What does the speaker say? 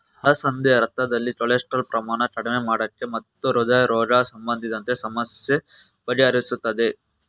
ಅಲಸಂದೆ ರಕ್ತದಲ್ಲಿ ಕೊಲೆಸ್ಟ್ರಾಲ್ ಪ್ರಮಾಣ ಕಡಿಮೆ ಮಾಡಕೆ ಮತ್ತು ಹೃದ್ರೋಗ ಸಂಬಂಧಿತ ಸಮಸ್ಯೆ ಬಗೆಹರಿಸ್ತದೆ